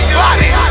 body